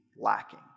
lacking